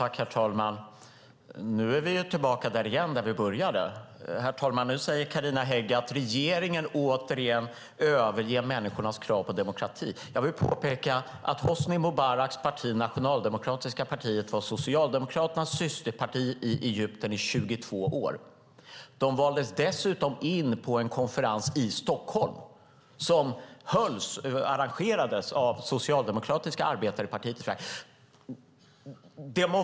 Herr talman! Nu är vi tillbaka där vi började. Nu säger Carina Hägg att regeringen återigen överger människornas krav på demokrati. Jag vill påpeka att Hosni Mubaraks parti Nationaldemokratiska partiet var Socialdemokraternas systerparti i Egypten i 22 år. De valdes dessutom in på en konferens i Stockholm som arrangerades av Socialdemokratiska Arbetarepartiet.